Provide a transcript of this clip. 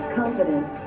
confident